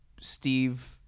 Steve